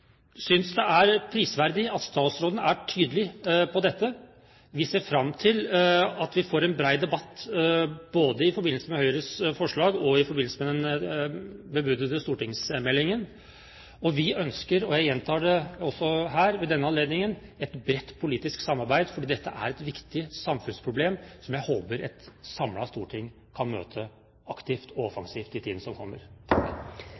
synes det er prisverdig at statsråden er tydelig på dette. Vi ser fram til at vi får en bred debatt, både i forbindelse med Høyres forslag og i forbindelse med den bebudede stortingsmeldingen. Vi ønsker – og jeg gjentar det også her ved denne anledningen – et bredt politisk samarbeid, for det er et viktig samfunnsproblem som jeg håper at et samlet storting kan møte aktivt og